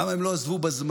למה הם לא עזבו בזמן?